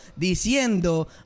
diciendo